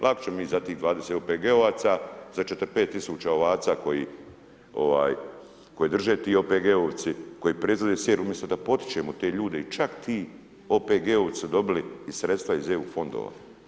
Lako ćemo mi za tih 20 OPG-ovaca, sa 4-5 tisuća ovaca koji druže ti OPG-ovci, koji proizvode sir, umjesto da potičemo te ljude i čak ti OPG-ovci su dobili i sredstva iz EU fondova.